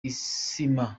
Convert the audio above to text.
isima